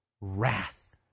wrath